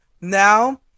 Now